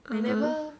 (uh huh)